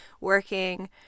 working –